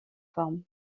forme